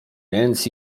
więc